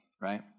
right